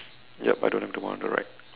yup I don't have the one on the right